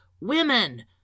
women